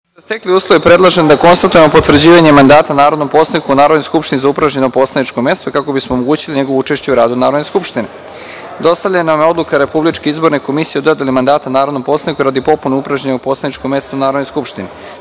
se stekli uslovi, predlažem da konstatujemo potvrđivanje mandata narodnom poslaniku u Narodnoj skupštini za upražnjeno poslaničko mesto, kako bismo omogućili njegovo učešće u radu Narodne skupštine. Dostavljena vam je Odluka Republičke izborne komisije o dodeli mandata narodnom poslaniku radi popune upražnjenog poslaničkog mesta u Narodnoj skupštini. Takođe,